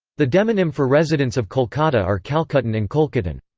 the demonym for residents of kolkata are calcuttan and kolkatan.